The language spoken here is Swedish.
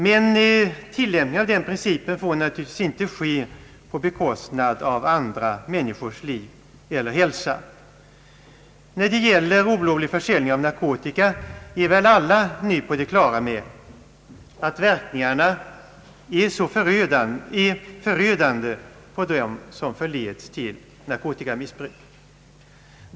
Men tillämpning av den principen får naturligtvis inte ske på bekostnad av andra människors liv eller hälsa. När det gäller olovlig försäljning av narkotika är väl alla nu på det klara med att verkningarna är förödande på den som förleds till narkotikamissbruk.